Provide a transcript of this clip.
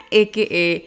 aka